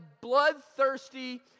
bloodthirsty